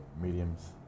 mediums